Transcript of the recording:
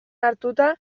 hartuta